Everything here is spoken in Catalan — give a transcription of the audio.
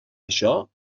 això